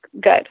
good